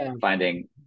finding